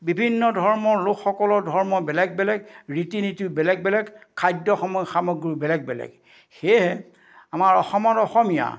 বিভিন্ন ধৰ্মৰ লোকসকলৰ ধৰ্ম বেলেগ বেলেগ ৰীতি নীতিও বেলেগ বেলেগ খাদ্য সম সামগ্ৰীও বেলেগ বেলেগ সেয়েহে আমাৰ অসমত অসমীয়া